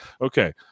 okay